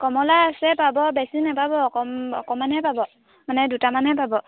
কমলা আছে পাব বেছি নোপাব অকণমানহে পাব মানে দুটামানহে পাব